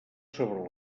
sobre